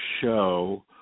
show